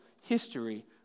history